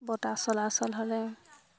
বতাহ চলাচল হ'লে